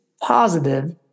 positive